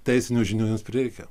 teisinių žinių jums prireikia